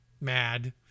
MAD